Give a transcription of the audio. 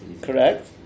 Correct